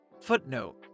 Footnote